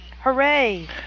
Hooray